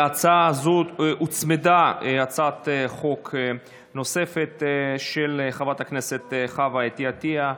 להצעה זו הוצמדה הצעת חוק של חברת הכנסת חוה אתי עטייה.